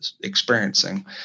experiencing